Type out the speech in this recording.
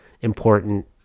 important